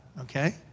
Okay